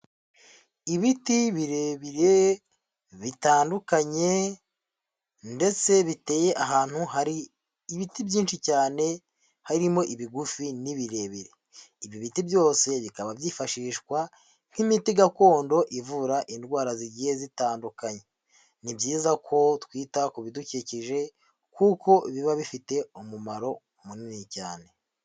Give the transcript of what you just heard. Ibiti birebire bitandukanye ndetse biteye ahantu hari ibiti byinshi cyane, harimo ibigufi n'ibirebire, ibi biti byose bikaba byifashishwa nk'imiti gakondo ivura indwara zigiye zitandukanye, ni byiza ko twita ku bidukikije kuko biba bifite umumaro munini cyane.